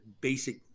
basic